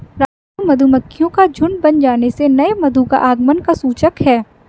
राजू मधुमक्खियों का झुंड बन जाने से नए मधु का आगमन का सूचक है